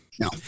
No